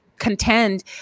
contend